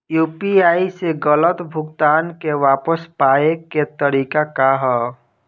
UPI से गलत भुगतान के वापस पाये के तरीका का ह?